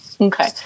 Okay